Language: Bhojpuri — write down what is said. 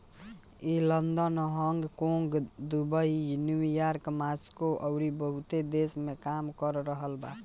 ई London, Hong Kong, Dubai, New York, Moscow अउरी बहुते देश में काम कर रहल बा